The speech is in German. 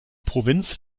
provinz